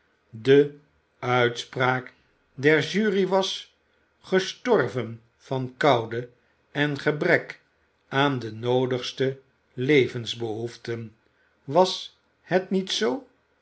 de uitspraak der jury was gestorven van koude en gebrek aan de noodigste levensbehoeften was het niet zoo